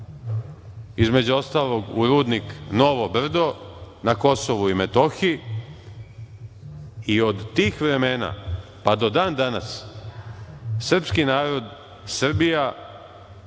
između ostalog u rudnik Novo Brdo na KiM i od tih vremena, pa do dan danas srpski narod, Srbija,